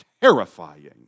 terrifying